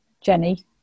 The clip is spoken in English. Jenny